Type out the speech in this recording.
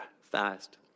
fast